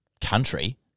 country